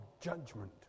judgment